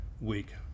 week